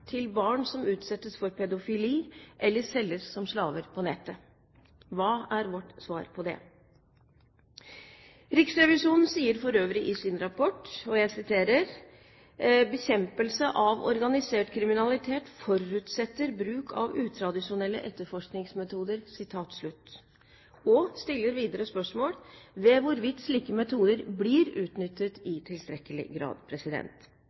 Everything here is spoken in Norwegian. til barn som utsettes for pedofili eller selges som slaver på nettet? Hva er vårt svar på det? Riksrevisjonen sier for øvrig i sin rapport: «Bekjempelse av organisert kriminalitet forutsetter bruk av utradisjonelle etterforskningsmetoder.» Den stiller videre spørsmål ved hvorvidt slike metoder blir utnyttet i tilstrekkelig grad.